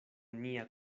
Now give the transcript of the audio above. nia